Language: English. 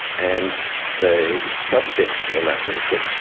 and the subs desk came up and said,